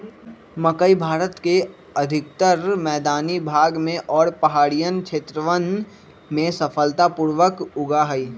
मकई भारत के अधिकतर मैदानी भाग में और पहाड़ियन क्षेत्रवन में सफलता पूर्वक उगा हई